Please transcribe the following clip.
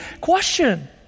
question